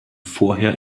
vorher